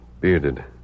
Bearded